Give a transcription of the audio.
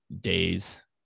days